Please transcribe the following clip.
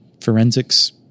forensics